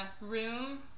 Room